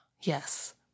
Yes